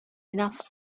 enough